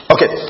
Okay